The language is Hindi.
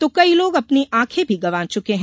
तो कई लोग अपनी आंखे भी गंवा चुके हैं